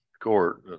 court